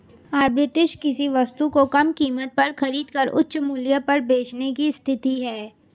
arbitrage किसी वस्तु को कम कीमत पर खरीद कर उच्च मूल्य पर बेचने की स्थिति है